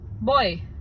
Boy